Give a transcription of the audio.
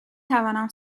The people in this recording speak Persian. توانم